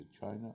China